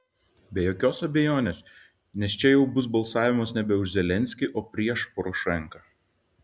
be jokios abejonės nes čia jau bus balsavimas nebe už zelenskį o prieš porošenką